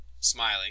smiling